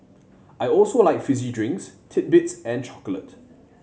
I also like fizzy drinks titbits and chocolate